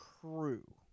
crew